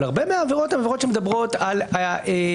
אבל הרבה מהעבירות הן עבירות שמדברות על הסתברות,